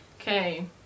Okay